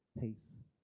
peace